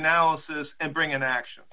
analysis and bring an action